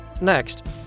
Next